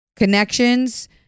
connections